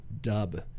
dub